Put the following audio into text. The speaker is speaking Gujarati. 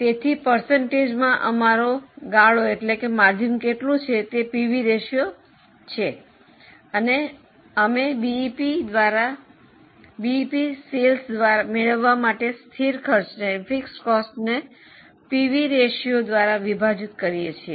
તેથી ટકામાં અમારું ગાળો જેટલું છે તેટલું પીવી રેશિયો છે અમે બીઇપી વેચાણ મેળવવા માટે સ્થિર ખર્ચને પીવી રેશિયો દ્વારા વિભાજીત કરીએ છીએ